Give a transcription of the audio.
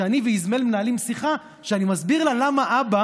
שאני ואיזמל מנהלים שיחה שבה אני מסביר לה למה אבא